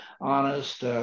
honest